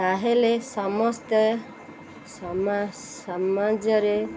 ତାହେଲେ ସମସ୍ତେ ସମାଜରେ